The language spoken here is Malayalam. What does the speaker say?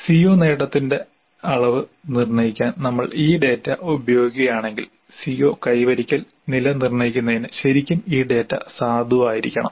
CO നേട്ടത്തിന്റെ അളവ് നിർണ്ണയിക്കാൻ നമ്മൾ ഈ ഡാറ്റ ഉപയോഗിക്കുകയാണെങ്കിൽ CO കൈവരിക്കൽ നില നിർണ്ണയിക്കുന്നതിന് ശരിക്കും ഈ ഡാറ്റ സാധുവായിരിക്കണം